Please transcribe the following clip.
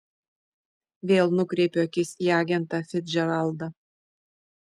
vėl nukreipiu akis į agentą ficdžeraldą